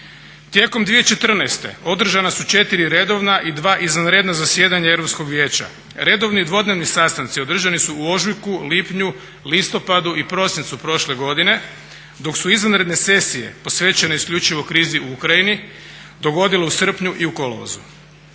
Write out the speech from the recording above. Tijekom 2014. održana su 4 redovna i 2 izvanredna zasjedanja Europskog vijeća. Redovni i dvodnevni sastanci održani su u ožujku, lipnju, listopadu i prosincu prošle godine, dok su izvanredne sesije posvećene isključivo krizi u Ukrajini dogodilo u srpnju i u kolovozu.